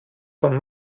von